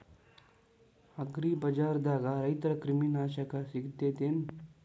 ಅಗ್ರಿಬಜಾರ್ದಾಗ ರೈತರ ಕ್ರಿಮಿ ನಾಶಕ ಸಿಗತೇತಿ ಏನ್?